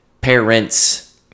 parents